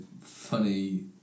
funny